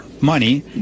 money